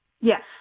Yes